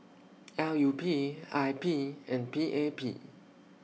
L U P I P and P A P